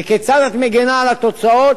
וכיצד את מגינה על התוצאות,